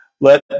Let